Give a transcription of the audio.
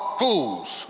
fools